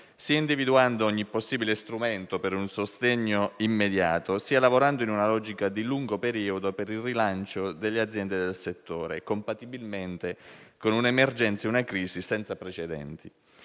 sia individuando ogni possibile strumento per un sostegno immediato sia lavorando in una logica di lungo periodo per il rilancio delle aziende del settore, compatibilmente con un'emergenza ed una crisi senza precedenti.